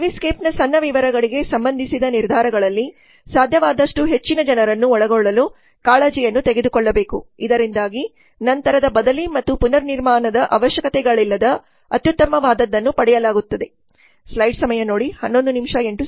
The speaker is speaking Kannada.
ಸರ್ವಿಸ್ ಸ್ಕೇಪ್ನ ಸಣ್ಣ ವಿವರಗಳಿಗೆ ಸಂಬಂಧಿಸಿದ ನಿರ್ಧಾರಗಳಲ್ಲಿ ಸಾಧ್ಯವಾದಷ್ಟು ಹೆಚ್ಚಿನ ಜನರನ್ನು ಒಳಗೊಳ್ಳಲು ಕಾಳಜಿಯನ್ನು ತೆಗೆದುಕೊಳ್ಳಬೇಕು ಇದರಿಂದಾಗಿ ನಂತರದ ಬದಲಿ ಮತ್ತು ಪುನರ್ನಿರ್ಮಾಣದ ಅವಶ್ಯಕತೆಗಳಿಲ್ಲದೆ ಅತ್ಯುತ್ತಮವಾದದ್ದನ್ನು ಪಡೆಯಲಾಗುತ್ತದೆ